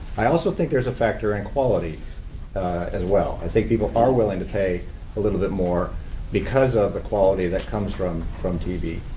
i also think there's a factor in quality as well. i think people are willing to pay a little bit more because of the quality that comes from from tv.